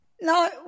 No